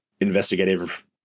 investigative